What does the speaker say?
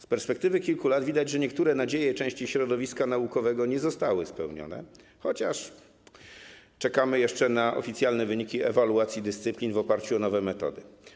Z perspektywy kilku lat widać, że niektóre nadzieje części środowiska naukowego nie zostały spełnione, chociaż czekamy jeszcze na oficjalne wyniki ewaluacji dyscyplin w oparciu o nowe metody.